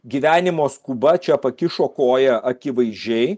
gyvenimo skuba čia pakišo koją akivaizdžiai